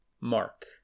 Mark